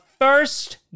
first